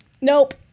Nope